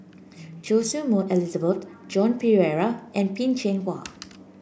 Choy Su Moi Elizabeth Joan Pereira and Peh Chin Hua